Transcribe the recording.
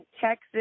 Texas